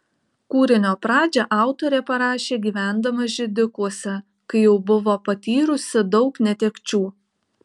kūrinio pradžią autorė parašė gyvendama židikuose kai jau buvo patyrusi daug netekčių